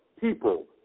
people